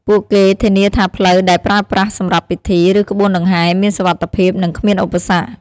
ពួកគេធានាថាផ្លូវដែលប្រើប្រាស់សម្រាប់ពិធី ឬក្បួនដង្ហែមានសុវត្ថិភាព និងគ្មានឧបសគ្គ។